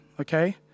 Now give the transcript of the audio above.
Okay